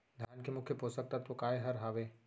धान के मुख्य पोसक तत्व काय हर हावे?